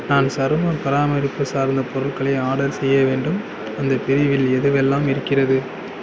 நான் சரும பராமரிப்பு சார்ந்த பொருட்களை ஆர்டர் செய்ய வேண்டும் அந்தப் பிரிவில் எதுவெல்லாம் இருக்கிறது